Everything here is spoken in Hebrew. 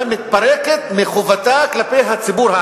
המשפט הראשון שם הוא שמדינת ישראל קמה על-פי החלטת העצרת הכללית של